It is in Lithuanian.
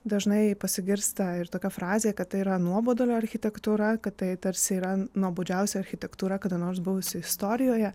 dažnai pasigirsta ir tokia frazė kad tai yra nuobodulio architektūra kad tai tarsi yra nuobodžiausia architektūra kada nors buvusi istorijoje